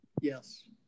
Yes